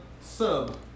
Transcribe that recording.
sub